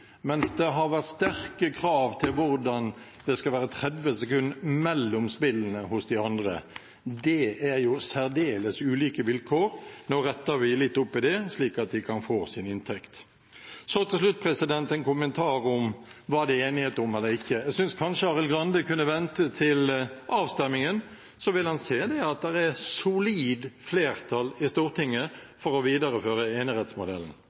mens det har vært sterke krav om at det skal være 30 sekunder mellom spillene hos de andre. Det er jo særdeles ulike vilkår. Nå retter vi litt opp i det, slik at de kan få sin inntekt. Til slutt en kommentar til hva det er enighet om og ikke. Jeg synes kanskje Arild Grande kunne ventet til avstemningen. Da vil han se at det er et solid flertall i Stortinget for å videreføre enerettsmodellen.